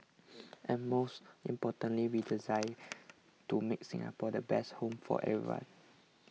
and most importantly we desire to make Singapore the best home for everyone